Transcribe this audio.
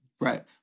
Right